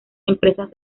empresas